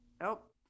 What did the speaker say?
nope